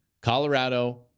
Colorado